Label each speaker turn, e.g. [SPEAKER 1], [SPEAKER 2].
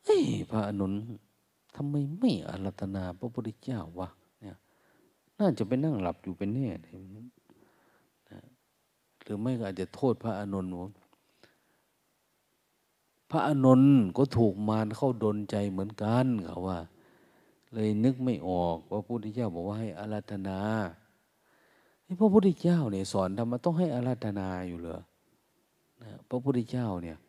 [SPEAKER 1] เอ้ย พระอานนท์ทำไมไม่อาราธนาพระพุทธเจ้าวะเนี่ย? น่าจะไปนั่งหลับอยู่เป็นแน่เนี่ยนะ หรือไม่ก็อาจจะโทษพระอานนท์ บอกพระอานนท์ก็ถูกมารเข้าดลใจเหมือนกันเขาว่า เลยนึกไม่ออกว่าพระพุทธเจ้าบอกว่าให้อาราธนา เอ้ย พระพุทธเจ้าเนี่ยสอนธรรมะต้องให้อาราธนาอยู่เหรอนะ? พระพุทธเจ้าเนี่ย